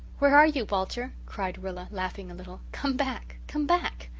where are you, walter cried rilla, laughing a little. come back come back.